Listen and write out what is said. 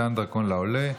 מתן דרכון לעולה).